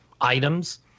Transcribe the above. items